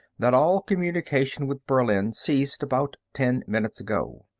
that all communication with berlin ceased about ten minutes ago.